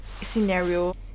scenario